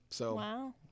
Wow